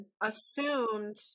assumed